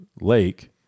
Lake